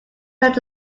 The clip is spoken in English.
such